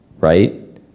Right